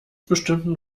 bestimmten